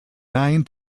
nine